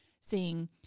seeing